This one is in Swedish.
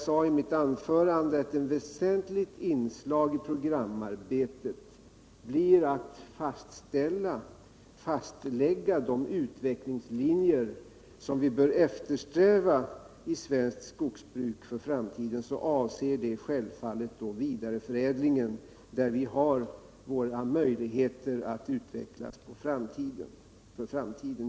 När jag i mitt anförande sade, att ett väsentligt inslag i programarbetet blir att fastlägga de utvecklingslinjer som vi bör eftersträva i svenskt skogsbruk för framtiden, syftade jag självfallet på vidareförädlingen, där vi har våra bästa möjligheter att utveckla industrin för framtiden.